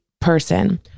person